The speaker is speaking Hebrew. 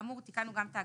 כאמור תיקנו גם את ההגדרה.